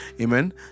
Amen